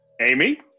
Amy